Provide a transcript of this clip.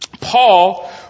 Paul